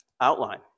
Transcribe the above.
outline